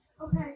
Okay